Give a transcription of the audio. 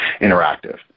interactive